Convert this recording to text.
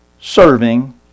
serving